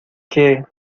que